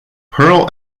pearl